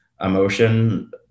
emotion